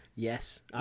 Yes